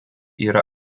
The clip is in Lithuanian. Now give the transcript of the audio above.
yra